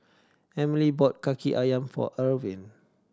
Emely bought Kaki Ayam for Ervin